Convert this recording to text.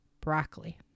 broccoli